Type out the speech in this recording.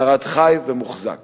שארד חי ומוחזק